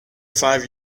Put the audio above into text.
five